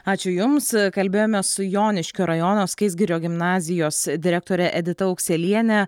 ačiū jums kalbėjome su joniškio rajono skaisgirio gimnazijos direktore edita aukseliene